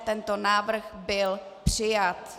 Tento návrh byl přijat.